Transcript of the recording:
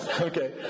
Okay